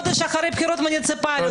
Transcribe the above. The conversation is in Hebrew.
חודש אחרי בחירות מוניציפליות.